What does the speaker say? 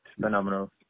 phenomenal